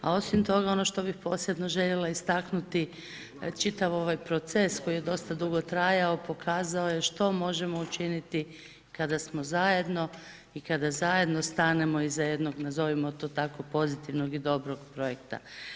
A osim toga ono što bih posebno željela istaknuti čitav ovaj proces koji je dosta dugo trajao pokazao je što možemo učiniti kada smo zajedno i kada zajedno stanemo iza jednog nazovimo to tako pozitivnog i dobroj projekta.